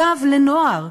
אגב, לבני-נוער,